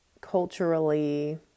culturally